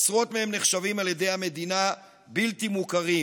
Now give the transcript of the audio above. עשרות מהם נחשבים על ידי המדינה בלתי מוכרים,